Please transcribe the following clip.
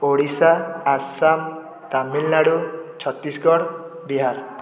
Odisha Assam Tamil Nadu Chhattisgarh Bihar